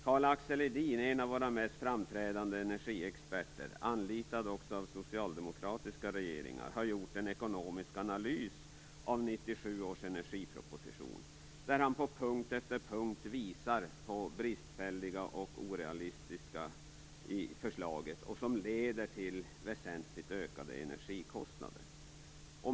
Karl-Axel Edin, en av våra mest framträdande energiexperter som anlitats även av socialdemokratiska regeringar, har gjort en ekonomisk analys av 1997 års energiproposition. På punkt efter punkt visar han på det bristfälliga och orealistiska i förslaget och som leder till väsentligt ökade energikostnader.